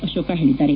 ಅಶೋಕ ಹೇಳಿದ್ದಾರೆ